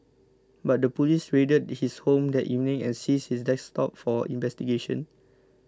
but the police raided his home that evening and seized his desktop for investigation